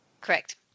Correct